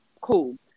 cool